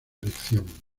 elección